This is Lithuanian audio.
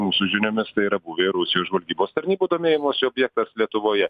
mūsų žiniomis yra buvę ir rusijos žvalgybos tarnybų domėjimosi objektas lietuvoje